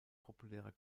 populärer